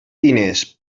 diners